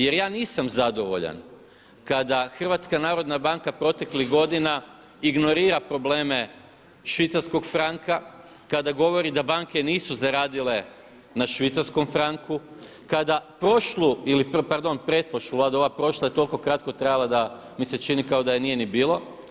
Jer ja nisam zadovoljan kada Hrvatska narodna banka proteklih godina ignorira probleme švicarskog franka, kada govori da banke nisu zaradile na švicarskom franku, kada prošlu ili pardon pretprošlu Vladu, ova prošla je toliko kratko trajala da mi se čini kao da je nije ni bilo.